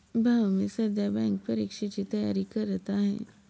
भाऊ मी सध्या बँक परीक्षेची तयारी करत आहे